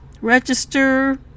register